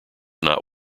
not